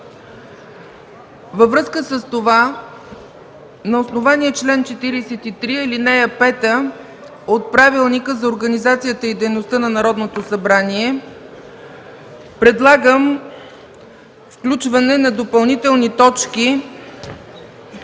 Във връзка с това, на основание чл. 43, ал. 5 от Правилника за организацията и дейността на Народното събрание, предлагам включване на допълнителни точки